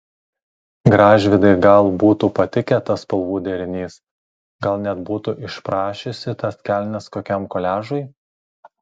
gražvydai gal būtų patikęs tas spalvų derinys gal net būtų išprašiusi tas kelnes kokiam koliažui